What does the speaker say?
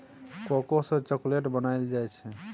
cocoa सँ चाकलेटो बनाइल जाइ छै